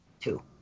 Two